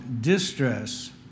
distress